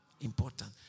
important